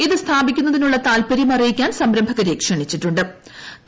ഇത് സ്ഥാപിക്കുന്നതിനുള്ള താത്പര്യം അറിയിക്കാൻ സംരംഭകരെ ക്ഷണിച്ചിട്ടു ്